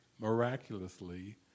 miraculously